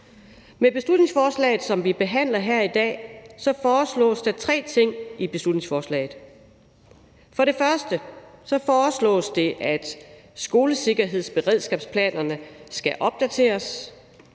Med beslutningsforslaget, som vi behandler her i dag, foreslås der tre ting. For det første foreslås det, at skolesikkerhedsberedskabsplanerne skal opdateres.